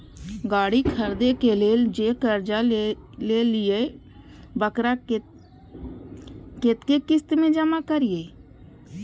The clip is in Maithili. गाड़ी खरदे के लेल जे कर्जा लेलिए वकरा कतेक किस्त में जमा करिए?